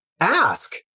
Ask